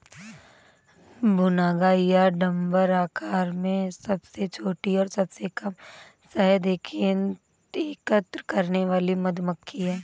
भुनगा या डम्भर आकार में सबसे छोटी और सबसे कम शहद एकत्र करने वाली मधुमक्खी है